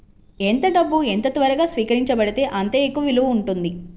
ఎంత డబ్బు ఎంత త్వరగా స్వీకరించబడితే అంత ఎక్కువ విలువ ఉంటుంది